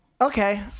okay